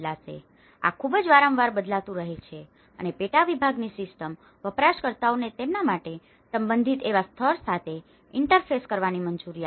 તેથી આ ખૂબ જ વારંવાર બદલાતું રહે છે અને પેટા વિભાગની સિસ્ટમ વપરાશકર્તાઓને તેમના માટે સંબંધિત એવા સ્તર સાથે ઇન્ટરફેસ કરવાની મંજૂરી આપે છે